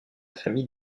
famille